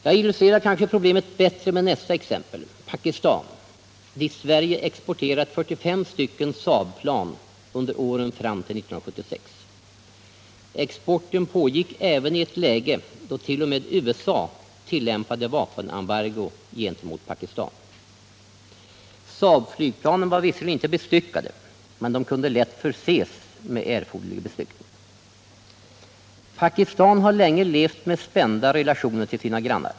Jag illustrerar kanske problemet bättre med nästa exempel — Pakistan — dit Sverige exporterat 45 SAAB-plan under åren fram till 1976. Exporten pågick även i ett läge då t.o.m. USA tillämpade vapenembargo gentemot Pakistan. SAAB-flygplanen var visserligen inte bestyckade, men de kunde lätt förses med erforderlig bestyckning. Pakistan har länge levt med spända relationer till sina grannar.